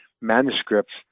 Manuscripts